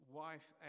wife